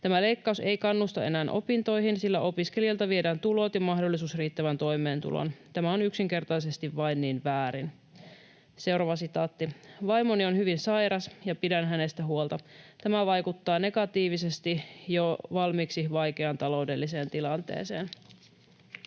Tämä leikkaus ei kannusta enää opintoihin, sillä opiskelijalta viedään tulot ja mahdollisuus riittävään toimeentuloon. Tämä on yksinkertaisesti vain niin väärin.” ”Vaimoni on hyvin sairas, ja pidän hänestä huolta. Tämä vaikuttaa negatiivisesti jo valmiiksi vaikeaan taloudelliseen tilanteeseen.”